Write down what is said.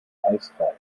eisfrei